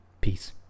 Peace